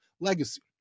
legacy